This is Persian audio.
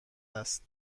است